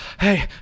hey